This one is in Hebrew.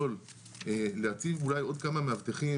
יותר זול להציב אולי עוד כמה מאבטחים,